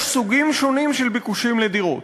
יש סוגים שונים של ביקושים לדירות.